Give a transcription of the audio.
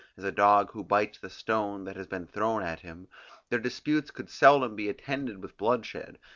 as a dog who bites the stone that has been thrown at him their disputes could seldom be attended with bloodshed,